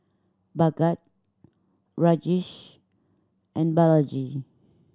Bhagat Rajesh and Balaji